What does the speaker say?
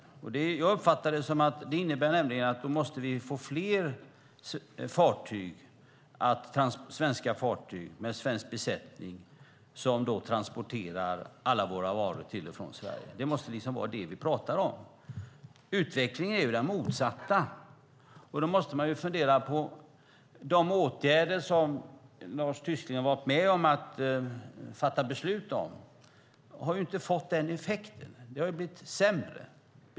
Som jag uppfattar det innebär det att vi måste få fler svenska fartyg med svensk besättning som transporterar alla våra varor till och från Sverige. Det måste vara det vi pratar om. Men utvecklingen är den motsatta. De åtgärder som Lars Tysklind har varit med och fattat beslut om har inte fått den effekten, utan det har blivit sämre.